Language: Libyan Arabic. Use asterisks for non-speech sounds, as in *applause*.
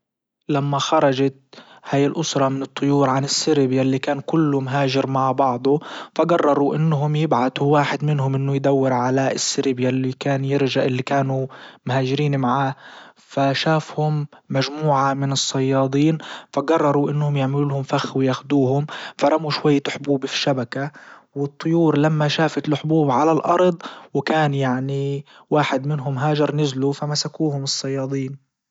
لما خرجت هاي الاسرة من الطيور عن السرب يلي كان كله مهاجر مع بعضه فجرروا انهم يبعتوا واحد منهم انه يدور على السرب يللي كان *hesitation* اللي كانوا مهاجرين معاه فشافهم مجموعة من الصيادين فجرروا انهم يعملوا لهم فخ وياخدوهم فرموا شوية حبوب فشبكة. والطيور لما شافت الحبوب على الارض وكان يعني واحد منهم هاجر نزلوا فمسكوهم الصيادين